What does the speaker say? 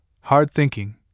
hard-thinking